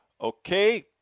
Okay